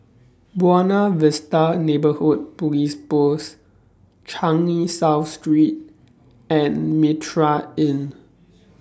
Buona Vista Neighbourhood Police Post Changi South Street and Mitraa Inn